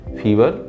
fever